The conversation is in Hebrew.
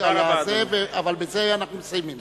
אבל בזה אנחנו מסיימים.